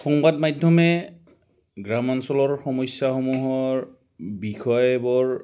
সংবাদ মাধ্যমে গ্ৰামাঞ্চলৰ সমস্যাসমূহৰ বিষয়বোৰ